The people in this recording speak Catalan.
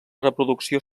reproducció